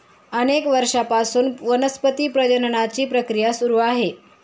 अनेक वर्षांपासून वनस्पती प्रजननाची प्रक्रिया सुरू आहे